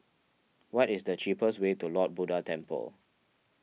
what is the cheapest way to Lord Buddha Temple